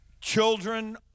Children